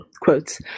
quotes